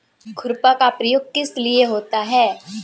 खुरपा का प्रयोग किस लिए होता है?